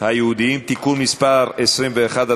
היהודיים (תיקון מס' 21),